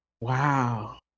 Wow